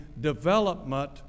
development